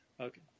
okay